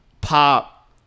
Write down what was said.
Pop